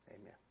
Amen